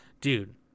Dude